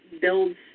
builds